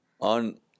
on